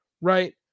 Right